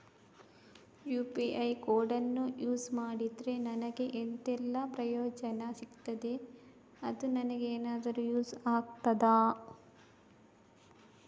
UPI ಕೋಡನ್ನು use ಮಾಡಿದ್ರೆ ನನಗೆ ಎಂಥೆಲ್ಲಾ ಪ್ರಯೋಜನ ಸಿಗ್ತದೆ, ಅದು ನನಗೆ ಎನಾದರೂ ಯೂಸ್ ಆಗ್ತದಾ?